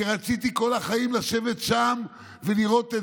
כי רציתי כל החיים לשבת שם ולראות את